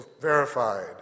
verified